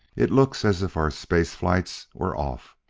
it looks as if our space flights were off.